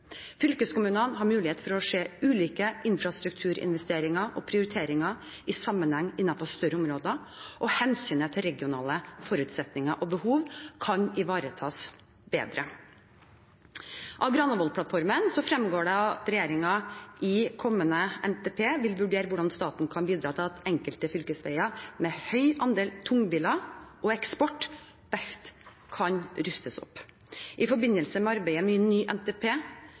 Fylkeskommunene har mulighet til å se ulike infrastrukturinvesteringer og prioriteringer i sammenheng innenfor større områder, og hensynet til regionale forutsetninger og behov kan ivaretas bedre. Av Granavolden-plattformen fremgår det at regjeringen i kommende NTP vil vurdere hvordan staten kan bidra til at enkelte fylkesveier med en høy andel tungbiler og eksport best kan rustes opp. I forbindelse med arbeidet med ny NTP